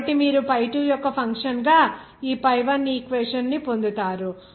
కాబట్టి మీరు pi2 యొక్క ఫంక్షన్ గా ఈ pi1 ఈక్వేషన్ ని పొందుతారు